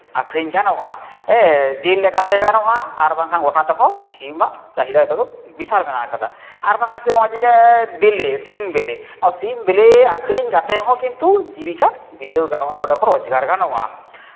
ᱟᱠᱷᱨᱤᱧ ᱜᱟᱱᱚᱜᱼᱟ ᱦᱮᱸ ᱡᱤᱞ ᱞᱮᱠᱟᱛᱮ ᱜᱟᱱᱚᱜᱼᱟ ᱟᱨ ᱵᱟᱝᱠᱷᱟᱱ ᱜᱳᱴᱟ ᱛᱮᱦᱚᱸ ᱥᱤᱢᱟᱜ ᱪᱟᱹᱦᱤᱫᱟ ᱫᱚ ᱱᱤᱛᱚᱜ ᱫᱚ ᱵᱤᱥᱟᱞ ᱢᱮᱱᱟᱜ ᱟᱠᱟᱫᱟ ᱟᱨ ᱵᱟᱝᱠᱷᱟᱱ ᱱᱚᱜᱼᱚᱭ ᱵᱤᱞᱤ ᱥᱤᱢ ᱵᱤᱞᱤ ᱱᱚᱣᱟ ᱥᱤᱢ ᱵᱤᱞᱤ ᱟᱠᱷᱨᱤᱧ ᱠᱟᱛᱮᱫ ᱦᱚᱸ ᱠᱤᱱᱛᱩ ᱡᱤᱵᱤᱠᱟ ᱵᱤᱛᱟᱹᱣ ᱜᱟᱱᱚᱜ ᱟᱥᱮ ᱚᱸᱰᱮ ᱠᱷᱚᱱ ᱨᱳᱡᱽᱜᱟᱨ ᱜᱟᱱᱚᱜᱼᱟ